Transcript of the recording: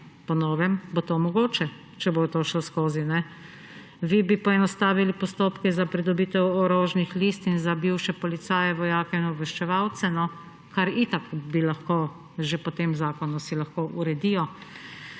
Po novem bo to mogoče, če bo to šlo skozi. Vi bi poenostavili postopke za pridobitev orožnih listin za bivše policaje, vojake in obveščevalce, kar itak bi lahko, že po tem zakonu si lahko uredijo.